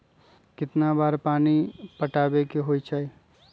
कितना बार पानी पटावे के होई छाई?